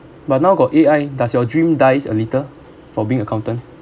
but now got A_I does your dream dies a little for being accountant